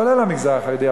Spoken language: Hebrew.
כולל המגזר החרדי,